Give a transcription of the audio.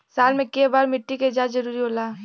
साल में केय बार मिट्टी के जाँच जरूरी होला?